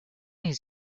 his